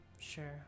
Sure